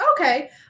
Okay